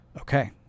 Okay